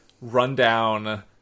rundown